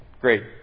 Great